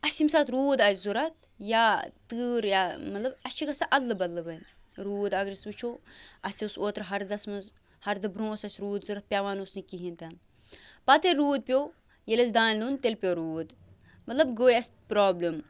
اَسہِ ییٚمہِ ساتہٕ روٗد آسہِ ضروٗرت یا تۭر یا مطلب اَسہِ چھِ گژھان اَدلہٕ بدلہٕ وۄنۍ روٗد اگر أسۍ وُچھو اَسہِ اوس اوترٕ ہردَس منٛز ہردٕ برٛونٛہہ اوس اَسہِ روٗد ضروٗرت پٮ۪وان اوس نہٕ کِہیٖنۍ تہِ نہٕ پَتہٕ ییٚلہِ روٗد پٮ۪و ییٚلہِ اَسہِ دانہِ لوٚن تیٚلہِ پٮ۪و روٗد مطلب گٔے اَسہِ پرٛابلِم